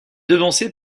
devancé